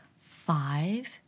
five